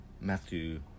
Matthew